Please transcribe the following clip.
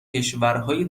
کشورهای